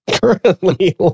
Currently